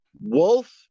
wolf